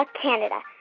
ah canada.